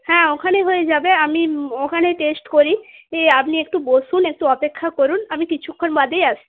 হ্যাঁ ওখানে হয়ে যাবে আমি ওখানে টেস্ট করি আপনি একটু বসুন একটু অপেক্ষা করুন আমি কিছুক্ষণ বাদেই